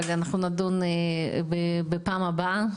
אבל אנחנו נדון בה בפעם הבאה,